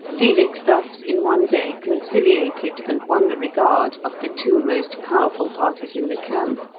felix thus in one day conciliated and won the regard of the two most powerful parties in the camp,